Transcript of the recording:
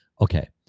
Okay